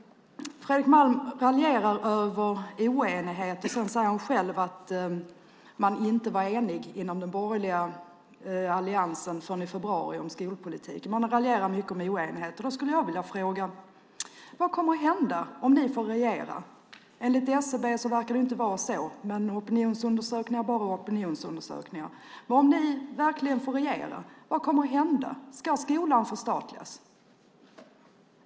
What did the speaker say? Fredrik Malm raljerar över oenigheten och säger sedan själv att man inte var enig om skolpolitiken inom den borgerliga alliansen förrän i februari. Jag skulle vilja fråga: Vad kommer att hända om ni får regera? Enligt SCB verkar det inte vara så, men opinionsundersökningar är bara opinionsundersökningar. Vad kommer att hända om ni verkligen får regera? Ska skolan förstatligas?